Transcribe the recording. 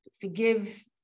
forgive